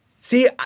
See